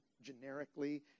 generically